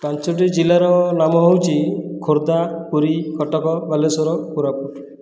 ପାଞ୍ଚଟି ଜିଲ୍ଲାର ନାମ ହେଉଛି ଖୋର୍ଦ୍ଧା ପୁରୀ କଟକ ବାଲେଶ୍ୱର କୋରାପୁଟ